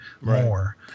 more